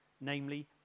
namely